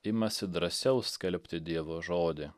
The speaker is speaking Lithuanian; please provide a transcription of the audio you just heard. imasi drąsiau skelbti dievo žodį